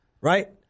right